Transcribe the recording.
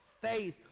faith